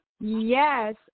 Yes